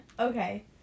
Okay